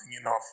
enough